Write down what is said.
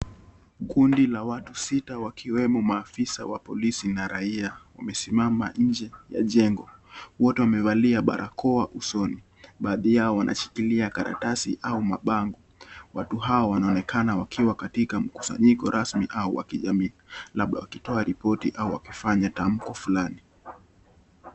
Kundi la watu sita wakiwemo maafisa wa polisi na raia, wamesimama nje ya jengo. Wote wamevalia barakoa usoni. Baadhi yao wanashikilia karatasi au mabango. Watu hawa wanaonekana wakiwa katika mkusanyiko rasmi au wa kijamii, labda wakitoa ripoti au wakifanya tamko fulani.